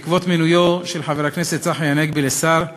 בעקבות מינויו של חבר הכנסת צחי הנגבי לשר,